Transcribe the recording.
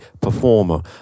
performer